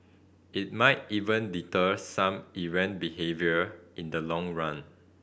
it might even deter some errant behaviour in the long run